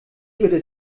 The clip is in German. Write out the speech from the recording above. würde